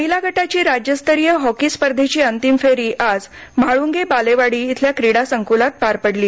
महीला गटाची राज्यस्तरीय हॉकी स्पर्धेंची अंतिम फेरी आज म्हाळूंगे बालेवाडी इथल्या क्रीडासंक्लात पार प़डली